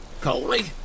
Coley